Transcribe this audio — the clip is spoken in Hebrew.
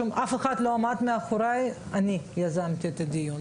אף אחד לא עמד מאחורי אלא אני יזמתי את הדיון.